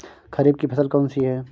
खरीफ की फसल कौन सी है?